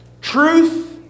Truth